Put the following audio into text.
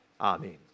Amen